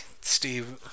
Steve